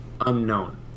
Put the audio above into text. unknown